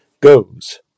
goes